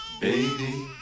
Baby